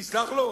יסלח לו?